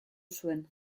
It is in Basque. zuen